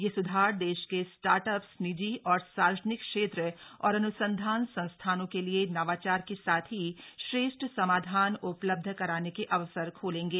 यह स्धार देश के स्टार्ट अप्स निजी और सार्वजनिक क्षेत्र और अन्संधान संस्थानों के लिए नवाचार के साथ ही श्रेष्ठ समाधान उपलब्ध कराने के अवसर खोलेंगे